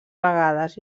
vegades